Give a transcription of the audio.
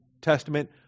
testament